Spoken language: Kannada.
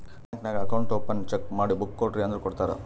ಬ್ಯಾಂಕ್ ನಾಗ್ ಅಕೌಂಟ್ ಓಪನ್ ಚೆಕ್ ಮಾಡಿ ಬುಕ್ ಕೊಡ್ರಿ ಅಂದುರ್ ಕೊಡ್ತಾರ್